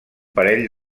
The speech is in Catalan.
parell